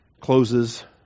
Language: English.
closes